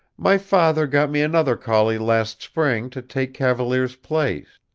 my father got me another collie last spring to take cavalier's place.